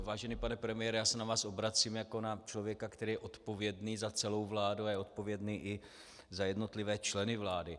Vážený pane premiére, já se na vás obracím jako na člověka, který je odpovědný za celou vládu a je odpovědný i za jednotlivé členy vlády.